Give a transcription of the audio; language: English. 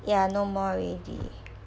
ya no more already